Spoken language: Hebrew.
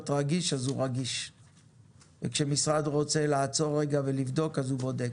רגיש אז הוא רגיש וכשמשרד רוצה לעצור רגע ולבדוק אז הוא בודק